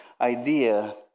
idea